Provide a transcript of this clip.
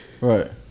Right